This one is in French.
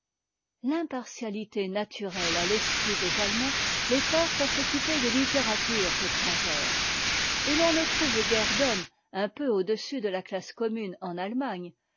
l'impartialité naturelle à l'esprit des allemands les porte à s'occuper des littératures étrangères et l'on ne trouve guère d'hommes un peu au-dessus de la classe commune en allemagne